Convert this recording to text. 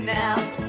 now